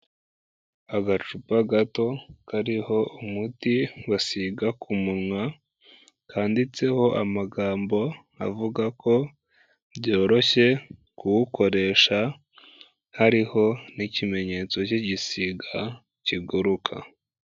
Agacupa gato kariho umuti basiga ku munwa kanditseho amagambo avuga ko byoroshye kuwukoresha hariho n'ikimenyetso cy'igisiga kiguruka.